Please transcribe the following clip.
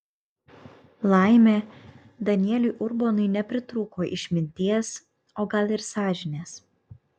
laimė danieliui urbonui nepritrūko išminties o gal ir sąžinės